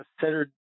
centered